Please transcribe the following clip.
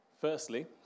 firstly